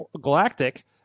Galactic